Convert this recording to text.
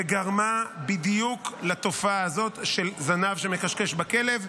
וגרמה בדיוק לתופעה הזאת של זנב שמכשכש בכלב,